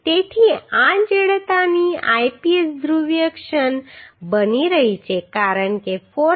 તેથી આ જડતાની Ips ધ્રુવીય ક્ષણ બની રહી છે કારણ કે 406